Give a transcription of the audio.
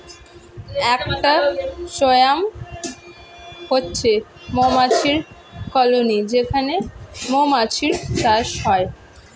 একটা সোয়ার্ম হচ্ছে মৌমাছির কলোনি যেখানে মৌমাছির চাষ হয়